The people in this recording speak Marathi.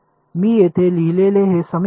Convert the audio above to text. मी येथे लिहिलेले हे समीकरण